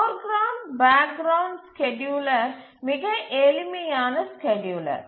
போர் ground background scheduler மிக எளிய scheduler